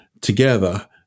together